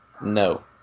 No